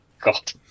god